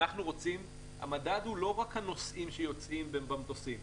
המדד הוא לא רק הנוסעים שיוצאים במטוסים,